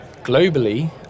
globally